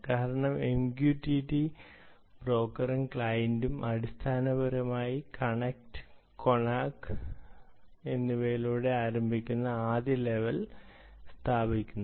കാരണം എംക്യുടിടി ബ്രോക്കറും ക്ലയന്റും അടിസ്ഥാനപരമായി കണക്റ്റ് കൊണാക്ക് എന്നിവയിലൂടെ ആരംഭിക്കുന്ന ആദ്യ ലെവൽ സ്ഥാപിക്കുന്നു